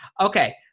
Okay